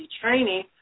training